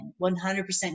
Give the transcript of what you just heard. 100%